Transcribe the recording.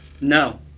No